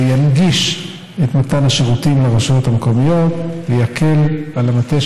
ינגיש את מתן השירותים לרשויות המקומיות ויקל על המטה